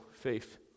faith